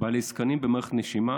בעלי זקנים במערכות נשימה,